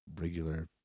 regular